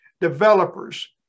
developers